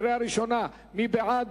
מי בעד?